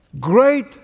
Great